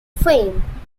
fame